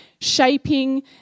shaping